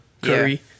Curry